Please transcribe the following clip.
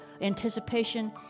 anticipation